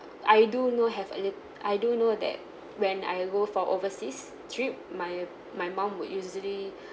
I do know have a lit I do know that when I go for overseas trip my my mom would usually